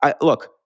look